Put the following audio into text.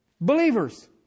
Believers